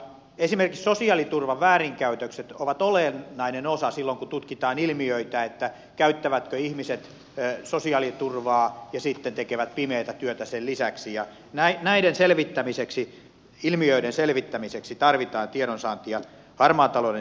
esimerkiksi sosiaaliturvan väärinkäytökset ovat olennainen osa silloin kun tutkitaan ilmiöitä käyttävätkö ihmiset sosiaaliturvaa ja sitten tekevät pimeätä työtä sen lisäksi ja näiden ilmiöiden selvittämiseksi tarvitaan tiedonsaantia harmaan talouden selvitysyksikölle